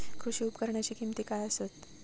कृषी उपकरणाची किमती काय आसत?